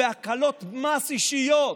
ובהקלות מס אישיות,